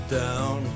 down